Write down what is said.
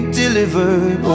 delivered